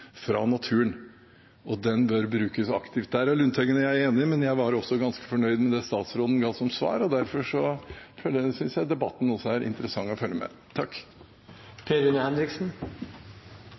fra naturen – og den bør brukes aktivt. Der er representanten Lundteigen og jeg enige, men jeg var også ganske fornøyd med det statsråden ga som svar, og derfor synes jeg også debatten er interessant å følge med